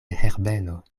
herbeno